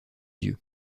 yeux